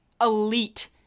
elite